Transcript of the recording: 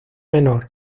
menor